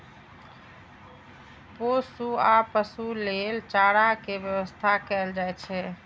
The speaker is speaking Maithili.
पोसुआ पशु लेल चारा के व्यवस्था कैल जाइ छै